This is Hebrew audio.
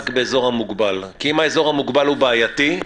באזור המוגבל כי אם האזור המוגבל הוא בעייתי,